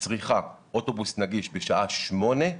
וצריכה אוטובוס נגיש בשעה 08:00,